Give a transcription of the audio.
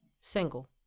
single